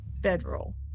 bedroll